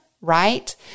right